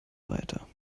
weiter